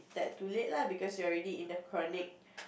tad too late lah because you're already in the chronic